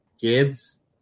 Gibbs